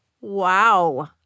Wow